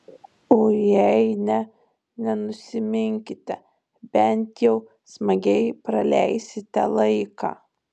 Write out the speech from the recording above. o jei ne nenusiminkite bent jau smagiai praleisite laiką